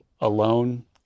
alone